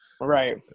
Right